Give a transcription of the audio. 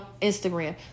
Instagram